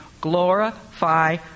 Glorify